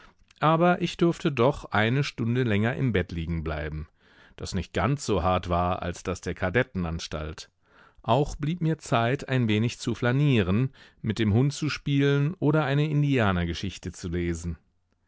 aber ich durfte doch eine stunde länger im bett liegenbleiben das nicht ganz so hart war als das der kadettenanstalt auch blieb mir zeit ein wenig zu flanieren mit dem hund zu spielen oder eine indianergeschichte zu lesen